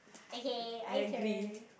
okay I turn